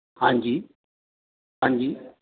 ਹਾਂਜੀ ਹਾਂਜੀ